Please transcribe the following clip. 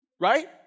Right